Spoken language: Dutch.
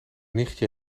nichtje